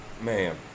man